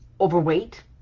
overweight